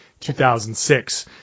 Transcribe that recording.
2006